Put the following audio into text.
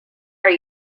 are